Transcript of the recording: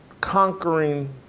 conquering